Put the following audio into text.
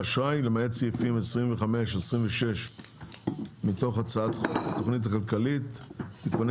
למעט סעיפים 26-25 מתוך הצעת חוק התכנית הכלכלית (תיקוני